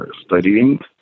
studying